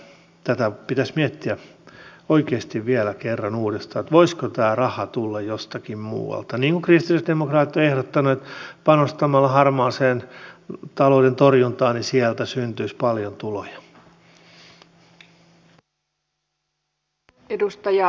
ehkä tätä pitäisi miettiä oikeasti vielä kerran uudestaan voisiko tämä raha tulla jostakin muualta niin kuin kristillisdemokraatit ovat ehdottaneet että panostamalla harmaan talouden torjuntaan syntyisi paljon tuloja